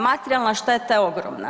Materijalna šteta je ogromna.